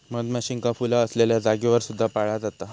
मधमाशींका फुला असलेल्या जागेवर सुद्धा पाळला जाता